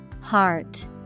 Heart